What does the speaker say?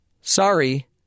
Sorry